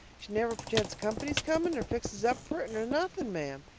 never pretends company's coming, nor fixes up for it, nor nothing, ma'am.